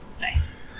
Nice